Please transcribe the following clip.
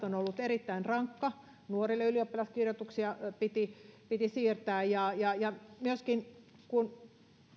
on ollut erittäin rankka nuorille kun ylioppilaskirjoituksia piti piti siirtää ja ja myöskin kun